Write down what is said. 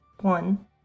One